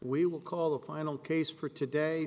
we will call the final case for today